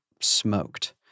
smoked